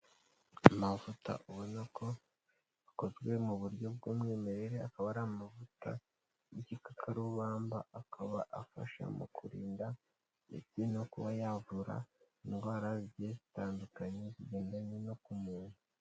Amavuta ubona ko akozwe mu buryo bw'umwimerere akaba ari amavuta y'igikarubamba akaba afasha mu kurinda imiti no kuba yavura indwara zitandukanye zigendanye no ku muntu.